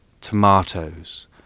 Tomatoes